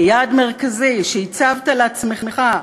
כיעד מרכזי שהצבת לעצמך,